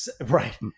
right